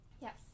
yes